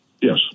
Yes